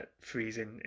freezing